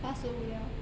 八十五了